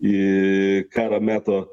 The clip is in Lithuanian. į karo meto